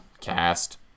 cast